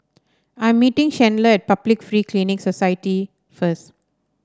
I'm meeting Chandler at Public Free Clinic Society first